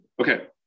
Okay